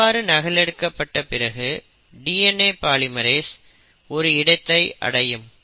இவ்வாறு நகல் எடுக்கப்பட்ட பிறகு DNA பாலிமெரேஸ் ஒரு இடத்தை அடையும்